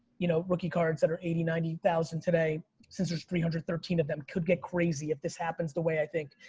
you know, rookie cards that are eighty, ninety thousand today since there's three hundred and thirteen of them, could get crazy if this happens the way i think.